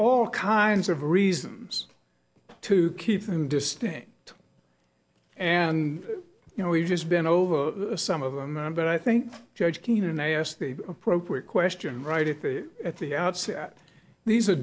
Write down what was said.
all kinds of reasons to keep thing distinct and you know we've just been over some of them but i think judge keane and i asked the appropriate question right if at the outset these are